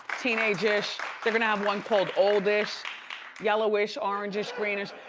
teenag-ish, they're gonna have one called old-ish, yellow-ish, orang-ish, green-ish.